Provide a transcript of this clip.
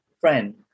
friend